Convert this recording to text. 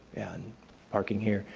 and parking here.